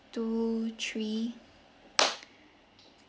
two three